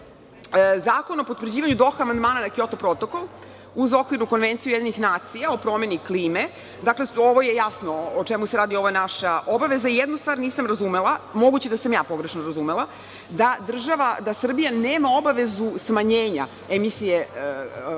hvala. Zakon o potvrđivanju Doha amandmana na Kjoto protokol uz Okvirnu konvenciju Ujedinjenih nacija o promeni klime. Dakle, ovde je jasno o čemu se radi, ovo je naša obaveza. Jednu stvar nisam razumela, moguće je da sam ja pogrešno razumela, da Srbija nema obavezu smanjenja emisije gasova,